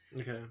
Okay